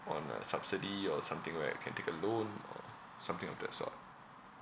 on a subsidy or something where I can take a loan or something of that sort